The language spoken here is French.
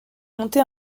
monter